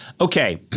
Okay